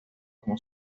como